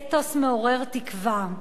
אתוס מעורר תקווה.